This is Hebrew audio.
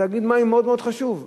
בתאגיד מים מאוד מאוד חשוב.